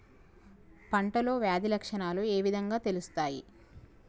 పంటలో వ్యాధి లక్షణాలు ఏ విధంగా తెలుస్తయి?